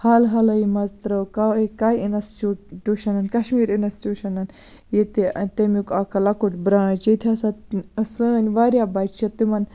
حال حالٕے مَنٛز ترٲو کاو کاے اِنسچوٗٹ ٹیوشَنَن کَشمیٖر اِنَسچوٗشَنَن ییٚتہِ تمیُک اکھ لۄکُٹ برانٛچ ییٚتہِ ہَسا سٲنٛۍ واریاہ بَچہِ چھِ تِمَن